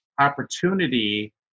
opportunity